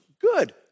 Good